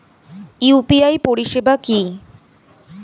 UPI পরিষেবা কি?